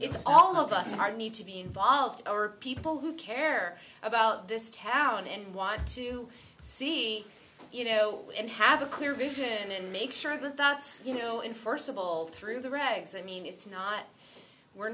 it's all of us i need to be involved or people who care about this talent and want to see you know and have a clear vision and make sure that that's you know in first of all through the regs i mean it's not we're